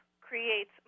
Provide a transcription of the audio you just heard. creates